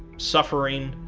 suffering,